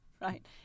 right